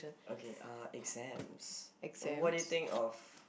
okay uh exams what do you think of